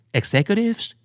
executives